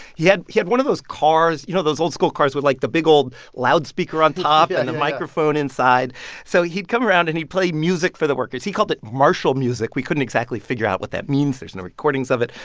he had he had one of those cars you know, those old-school cars with, like, the big, old loudspeaker on top yeah and a microphone inside so he'd come around and he'd play music for the workers. he called it marshal music. we couldn't exactly figure out what that means. there's no recordings of it.